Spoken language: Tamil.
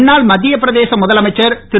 முன்னாள் மத்திய பிரதேச முதலமைச்சர் திரு